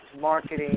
marketing